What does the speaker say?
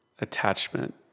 attachment